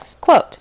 Quote